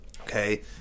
okay